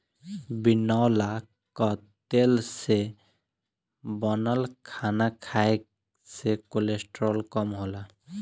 बिनौला कअ तेल से बनल खाना खाए से कोलेस्ट्राल कम होला